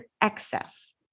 excess